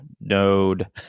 node